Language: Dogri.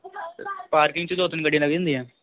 पार्किंग च दो तिन्न गड्डियां लग्गी जंदियां